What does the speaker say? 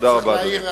תודה רבה, אדוני.